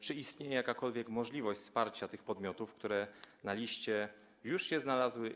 Czy istnieje jakakolwiek możliwość wsparcia tych podmiotów, które na liście już się znalazły?